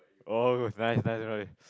oh nice nice right